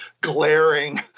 glaring